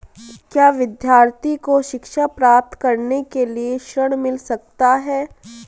क्या विद्यार्थी को शिक्षा प्राप्त करने के लिए ऋण मिल सकता है?